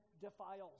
defiles